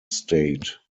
state